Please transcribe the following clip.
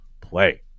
play